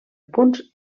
punts